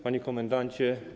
Panie Komendancie!